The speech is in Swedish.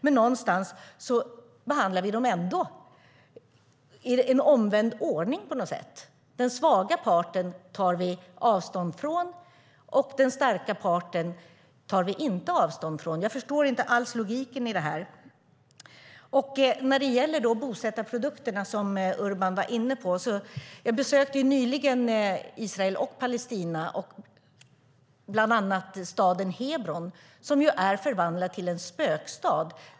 Men vi behandlar dem på något sätt i omvänd ordning. Den svaga parten tar vi avstånd från, men den starka parten tar vi inte avstånd från. Jag förstår inte alls logiken i detta. Urban var inne på bosättarprodukterna. Jag besökte nyligen Israel och Palestina, bland annat staden Hebron, som förvandlats till en spökstad.